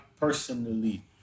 personally